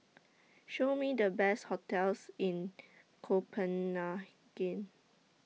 Show Me The Best hotels in Copenhagen